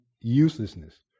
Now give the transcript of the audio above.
uselessness